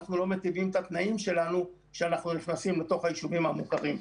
אנחנו לא מטיבים את התנאים שלנו כשאנחנו נכנסים לתוך היישובים המוכרים.